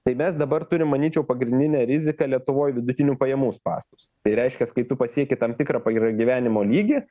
tai mes dabar turim manyčiau pagrindinę riziką lietuvoj vidutinių pajamų spąstus tai reiškias kai tu pasieki tam tikrą pragyvenimo lygį